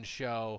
show